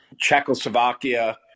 Czechoslovakia